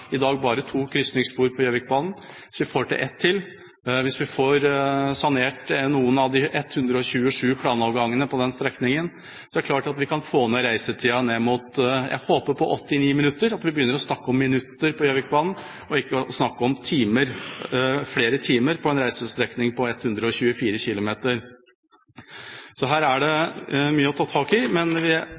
i dag bare to krysningsspor på Gjøvikbanen. Hvis vi får til ett til, og hvis vi får sanert noen av de 127 planovergangene på denne strekningen, er det klart at vi kan få ned reisetida, ned mot – håper jeg – 89 minutter, og at vi begynner å snakke om minutter på Gjøvikbanen og ikke snakker om timer, flere timer, på en reisestrekning på 124 kilometer. Så her er det mye å ta tak i, men